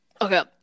Okay